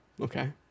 Okay